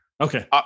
Okay